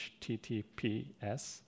HTTPS